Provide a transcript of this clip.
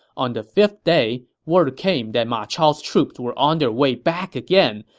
on the fifth day, word came that ma chao's troops were on their way back again,